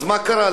אז מה קרה?